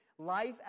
Life